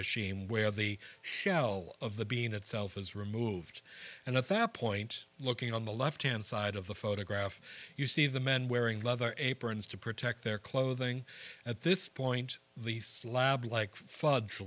machine where the shell of the bean itself is removed and at that point looking on the left hand side of the photograph you see the men wearing leather apron is to protect their clothing at this point the slab like fudge